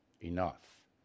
Enough